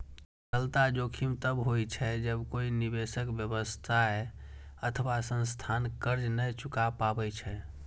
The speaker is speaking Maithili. तरलता जोखिम तब होइ छै, जब कोइ निवेशक, व्यवसाय अथवा संस्थान कर्ज नै चुका पाबै छै